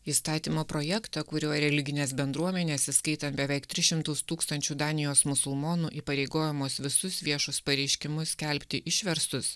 įstatymo projektą kuriuo religinės bendruomenės įskaitant beveik tris šimtus tūkstančių danijos musulmonų įpareigojamos visus viešus pareiškimus skelbti išverstus